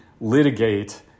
litigate